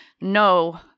no